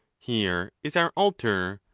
here is our altar,